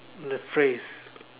the phrase